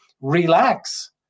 relax